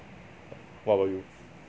what about you